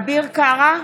אביר קארה,